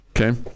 Okay